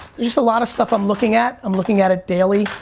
just a lot of stuff i'm looking at. i'm looking at it daily.